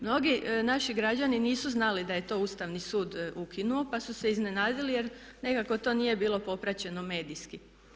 Mnogi naši građani nisu znali da je to Ustavni sud ukinuo, pa su se iznenadili jer nekako to nije bilo popraćeno medijski.